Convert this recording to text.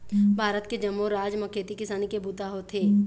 भारत के जम्मो राज म खेती किसानी के बूता होथे